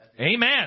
Amen